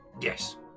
Yes